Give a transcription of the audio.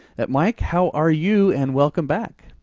mike, how are you? and welcome back.